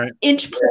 inch